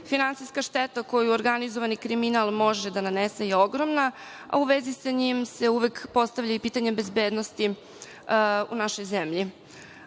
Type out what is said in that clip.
Finansijska šteta koju organizovani kriminal može da nanese je ogromna, a u vezi sa njim se uvek postavlja i pitanje bezbednosti u našoj zemlji.